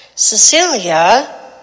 Cecilia